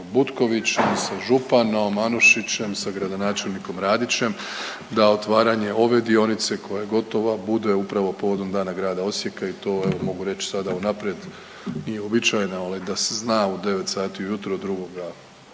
Butkovićem i sa županom Anušićem, sa gradonačelnikom Radićem da otvaranje ove dionice koja je gotova bude upravo povodom Dana grada Osijeka i to evo mogu reći sada unaprijed i uobičajeno je, ali da se zna u 9 sati ujutro 2.